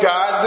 God